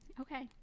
Okay